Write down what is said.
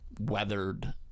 weathered